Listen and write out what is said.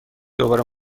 دوباره